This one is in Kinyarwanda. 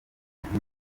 kuvuga